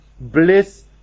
bliss